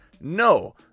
No